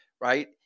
right